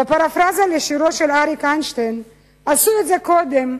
בפרפראזה לשירו של אריק איינשטיין: "עשו את זה קודם,